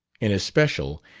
in especial,